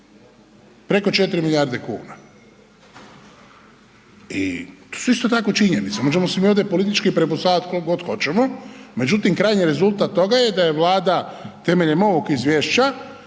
preko 4 milijarde kuna i to su isto tako činjenice, možemo se mi ovdje politički prepucavati koliko god hoćemo, međutim, krajnji rezultat toga je da je Vlada temeljem ovog izvješća